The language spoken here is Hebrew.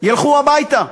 ילכו הביתה.